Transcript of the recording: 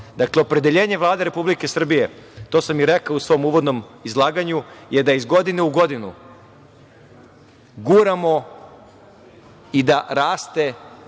Dakle, opredeljenje Vlade Republike Srbije, to sam i rekao u svom uvodnom izlaganju, je da iz godine u godinu guramo i da raste